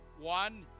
One